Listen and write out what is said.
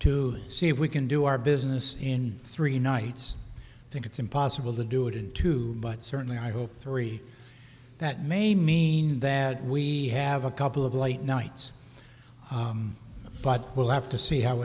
to see if we can do our business in three nights i think it's impossible to do it two but certainly i hope three that may mean that we have a couple of late nights but we'll have to see how